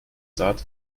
saat